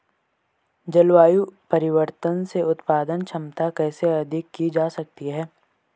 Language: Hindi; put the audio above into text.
जलवायु परिवर्तन से उत्पादन क्षमता कैसे अधिक की जा सकती है?